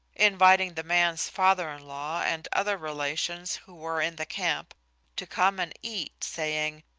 inviting the man's father-in-law and other relations who were in the camp to come and eat, saying,